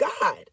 God